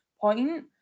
point